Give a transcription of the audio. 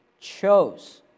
chose